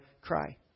cry